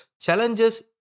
challenges